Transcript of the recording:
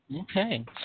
Okay